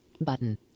button